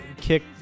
kick